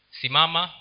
simama